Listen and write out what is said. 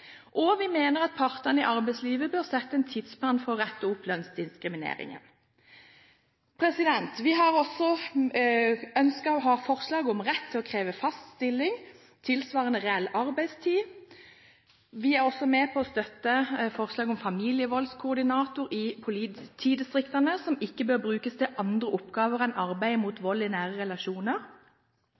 og vi mener at partene i arbeidslivet bør sette en tidsplan for å rette opp lønnsdiskrimineringen. Vi ønsker og har forslag om rett til å kreve fast stilling tilsvarende reell arbeidstid. Vi er også med på forslaget om at familievoldskoordinator i politidistriktene ikke bør brukes til andre oppgaver enn arbeid mot vold i nære relasjoner.